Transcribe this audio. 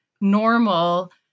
normal